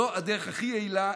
זו הדרך הכי יעילה.